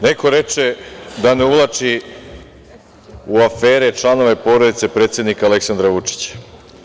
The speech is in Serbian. Neko reče da ne uvlači u afere članove porodice predsednika Aleksandra Vučića.